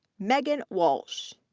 megan walsh,